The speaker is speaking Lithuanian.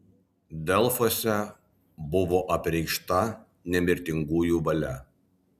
delfuose buvo apreikšta nemirtingųjų valia